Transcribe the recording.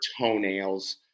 toenails